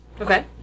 Okay